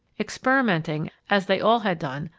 experimenting, as they all had done,